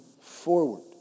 forward